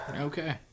Okay